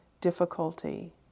difficulty